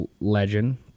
legend